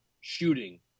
shooting